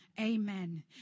Amen